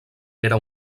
era